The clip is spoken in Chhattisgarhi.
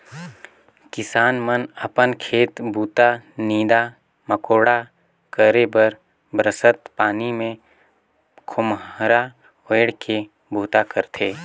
किसान मन अपन खेत बूता, नीदा मकोड़ा करे बर बरसत पानी मे खोम्हरा ओएढ़ के बूता करथे